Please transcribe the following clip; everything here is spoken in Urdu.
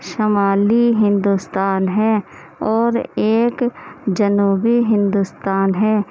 شمالی ہندوستان ہے اور ایک جنوبی ہندوستان ہے